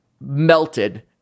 melted